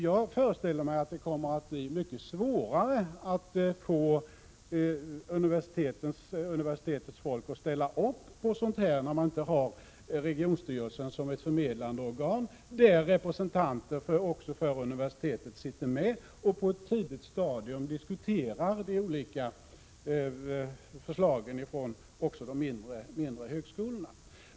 Jag föreställer mig att det kommer att bli mycket svårare att få universitetets folk att ställa upp på sådant här, när man inte har regionstyrelsen som ett förmedlande organ, där representanter också för universitetet sitter med och på ett tidigt stadium diskuterar de olika förslagen från även de mindre högskolorna.